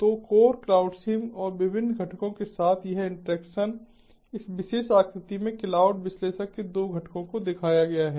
तो core CloudSim और विभिन्न घटकों के साथ यह इंटरैक्शन इस विशेष आकृति में क्लाउड विश्लेषक के 2 घटकों को दिखाया गया है